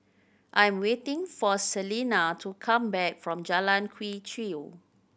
I'm waiting for Selena to come back from Jalan Quee Chew